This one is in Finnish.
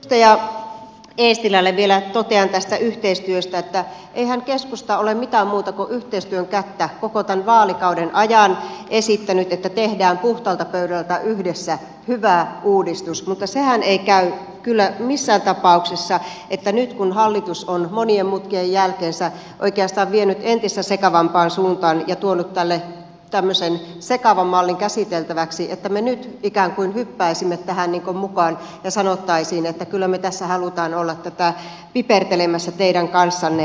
edustaja eestilälle vielä totean tästä yhteistyöstä että eihän keskusta ole mitään muuta kuin yhteistyön kättä koko tämän vaalikauden ajan esittänyt että tehdään puhtaalta pöydältä yhdessä hyvä uudistus mutta sehän ei käy kyllä missään tapauksessa että nyt kun hallitus on monien mutkien jälkeen oikeastaan vienyt entistä sekavampaan suuntaan ja tuonut tänne tämmöisen sekavan mallin käsiteltäväksi me ikään kuin hyppäisimme tähän mukaan ja sanoisimme että kyllä me tässä haluamme olla tätä pipertelemässä teidän kanssanne